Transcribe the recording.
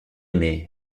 mais